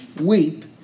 weep